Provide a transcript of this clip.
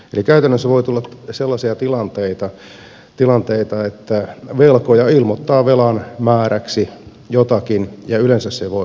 eli käytännössä voi tulla sellaisia tilanteita että velkoja yleensä se voi olla pankki ilmoittaa velan määräksi jotakin ja yleensä se voi